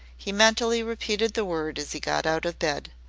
he mentally repeated the word as he got out of bed.